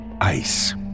Ice